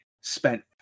spent